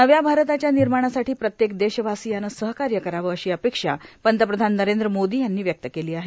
नव्या भारताच्या निर्माणासाठी प्रत्येक देशवासियानं सहकार्य करावं अशी अपेक्षा पंतप्रधान नरेंद्र मोदी यांनी व्यक्त केली आहे